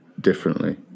differently